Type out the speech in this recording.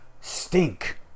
stink